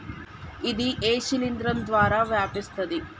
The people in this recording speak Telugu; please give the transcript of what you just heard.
ఇది ఏ శిలింద్రం ద్వారా వ్యాపిస్తది?